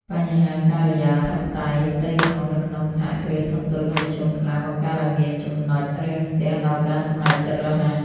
បញ្ហា "ការិយាធិបតេយ្យផ្ទៃក្នុង" នៅក្នុង សហគ្រាសធុនតូច និងមធ្យម ខ្លះ បង្កើតឱ្យមានចំណុចរាំងស្ទះដល់ការសម្រេចចិត្តរហ័ស។